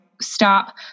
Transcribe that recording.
stop